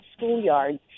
schoolyards